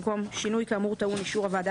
במקום "שינוי כאמור טעון אישור הוועדה